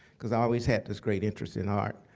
because i always had this great interest in art.